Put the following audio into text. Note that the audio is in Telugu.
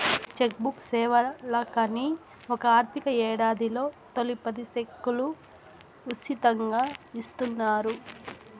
చెక్ బుక్ సేవలకని ఒక ఆర్థిక యేడాదిలో తొలి పది సెక్కులు ఉసితంగా ఇస్తున్నారు